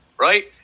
right